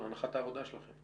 הנחת העבודה שלנו,